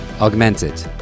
Augmented